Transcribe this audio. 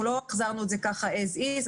אנחנו לא החזרנו את זה ככה as is.